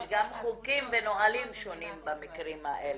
יש גם חוקים ונהלים שונים במקרים האלה.